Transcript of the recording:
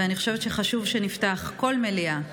ואני חושבת שחשוב שנפתח כל מליאה,